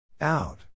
Out